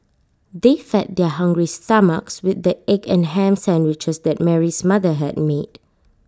they fed their hungry stomachs with the egg and Ham Sandwiches that Mary's mother had made